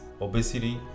obesity